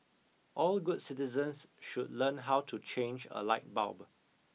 all good citizens should learn how to change a light bulb